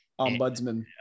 Ombudsman